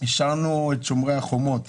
אישרנו את שומרי החומות